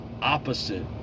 opposite